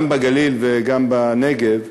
גם בגליל וגם בנגב,